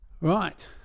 Right